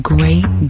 Great